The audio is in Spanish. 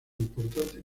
importante